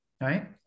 Right